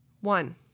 One